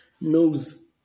knows